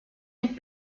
hep